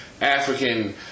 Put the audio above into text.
African